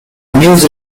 news